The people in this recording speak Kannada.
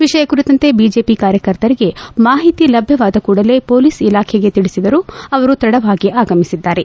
ವಿಷಯ ಕುರಿತಂತೆ ಬಿಜೆಪಿ ಕಾರ್ಯಕರ್ತರಿಗೆ ಮಾಹಿತಿ ಲಭ್ಞವಾದ ಕೂಡಲೇ ಹೊಲೀಸ ಇಲಾಖೆಗೆ ತಿಳಿಸಿದರೂ ಅವರು ತಡವಾಗಿ ಆಗಮಿಸಿದ್ದಾರೆ